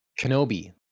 Kenobi